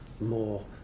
more